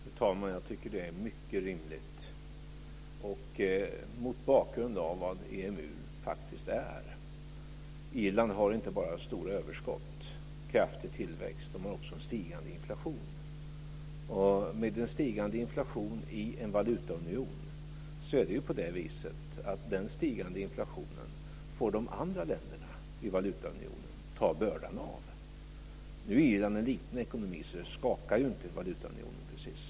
Fru talman! Jag tycker att det är mycket rimligt mot bakgrund av vad EMU faktiskt är. Irland har inte bara ett stort överskott och kraftig tillväxt utan också en stigande inflation. Den stigande inflationen i en valutaunion får de andra länderna i valutaunionen ta bördan av. Nu är Irland en liten ekonomi, så det skakar inte valutaunionen.